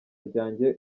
ryanjye